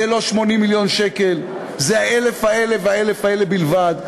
זה לא 80 מיליון שקל, זה ה-1,000 האלה בלבד.